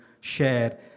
share